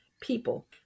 people